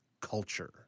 culture